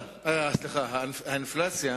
האינפלציה